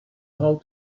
how